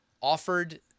offered